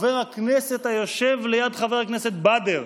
חבר הכנסת היושב ליד חבר הכנסת בדר,